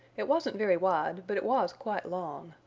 it wasn't very wide but it was quite long.